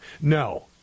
No